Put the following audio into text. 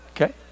okay